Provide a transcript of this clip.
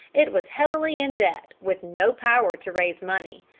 it was heavily in debt, with no power to raise money.